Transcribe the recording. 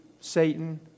Satan